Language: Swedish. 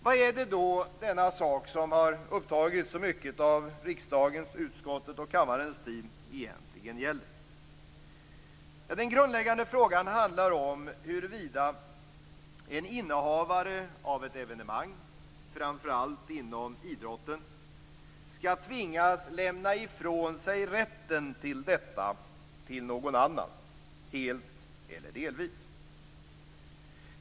Vad är det då som har upptagit så mycket av utskottets och kammarens tid? Den grundläggande frågan är huruvida en innehavare av ett evenemang, framför allt inom idrotten, skall tvingas lämna ifrån sig rätten till evenemanget till någon annan, helt eller delvis.